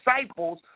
disciples